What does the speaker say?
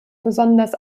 besonders